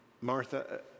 Martha